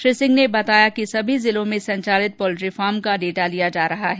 श्री सिंह ने बताया कि सभी जिलों में संचालित पोल्ट्री फार्म का डेटा लिया जा रहा है